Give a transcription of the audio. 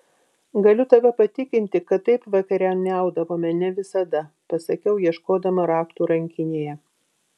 galiu tave patikinti kad taip vakarieniaudavome ne visada pasakiau ieškodama raktų rankinėje